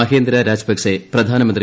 മഹേന്ദ്ര രാജപക്സെ പ്രധാനമന്ത്രി